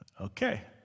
Okay